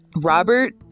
Robert